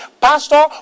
Pastor